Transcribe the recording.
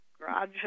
Garage